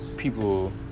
People